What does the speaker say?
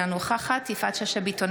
אינה נוכחת יפעת שאשא ביטון,